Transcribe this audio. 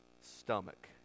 Stomach